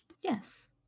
Yes